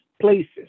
places